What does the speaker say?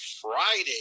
Friday